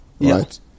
right